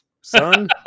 Son